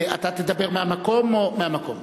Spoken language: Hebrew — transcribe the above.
אתה תדבר מהמקום או, מהמקום.